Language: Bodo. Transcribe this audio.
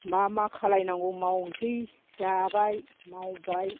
मा मा खालायनांगौ मावसै जाबाय मावबाय